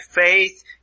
faith